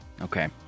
Okay